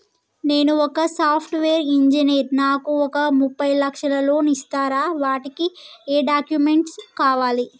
నేను ఒక software engineer నాకు ఒక ముప్పై లక్షల లోన్ ఇస్తరా? వాటికి ఏం డాక్యుమెంట్స్ కావాలి?